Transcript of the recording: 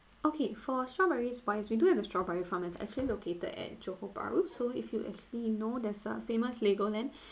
okay for strawberries wise we do have a strawberry farm and it's actually located at johor bahru so if you actually know there's a famous legoland